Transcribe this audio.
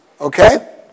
Okay